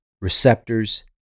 receptors